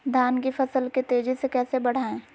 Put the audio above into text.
धान की फसल के तेजी से कैसे बढ़ाएं?